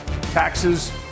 taxes